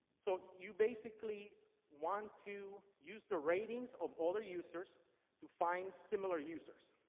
so you basically want to use the ratings of other users to find similar users.